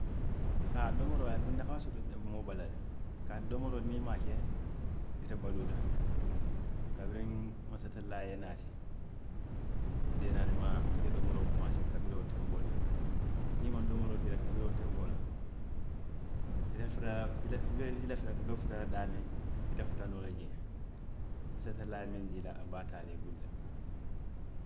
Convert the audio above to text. Haa domoroo a ye nafaa soto moo bala le, kaatu domoroo niŋ a maŋ a ke, i te baluu la, kabiriŋ mansa tallaa ye i naati, i deenaanimaa i ye domoroo komaasee kabiriŋ wo tenboo le la, niŋ i maŋ domoroo dii i la kabiriŋ wo tenboo la, i lafita i lafita i be futa la daamiŋ, i te futa noo la jee, mansa tallaa ye miŋ dii i la, a be a taa la i bulu le